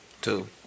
Two